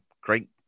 great